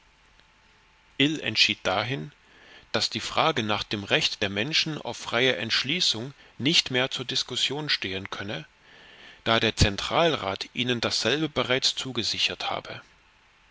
ill entschied dahin daß die frage nach dem recht der menschen auf freie entschließung nicht mehr zur diskussion stehen könne da der zentralrat ihnen dasselbe bereits zugesichert habe